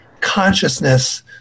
consciousness